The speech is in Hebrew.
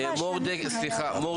מור